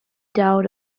doubt